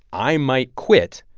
i might quit,